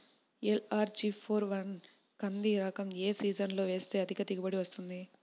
LRG four one కంది రకం ఏ సీజన్లో వేస్తె అధిక దిగుబడి వస్తుంది?